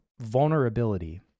vulnerability